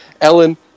Ellen